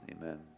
amen